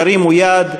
ירימו יד,